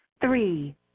Three